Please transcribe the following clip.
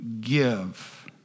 give